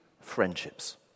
friendships